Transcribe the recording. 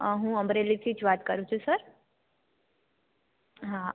હું અમરેલીથી વાત કરું છું સર હાં